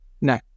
no